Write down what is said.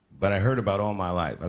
but i heard about all my life. ah